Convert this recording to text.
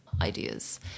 ideas